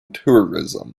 tourism